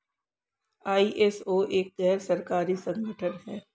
ISO एक गैर सरकारी संगठन है